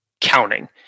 counting